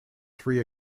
three